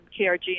KRG